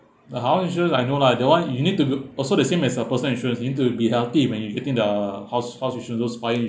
uh house insurance I know lah that [one] you need to do also the same as a person insurance into be healthy when you're getting the house house insurance those buying